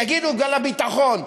יגידו, בגלל הביטחון.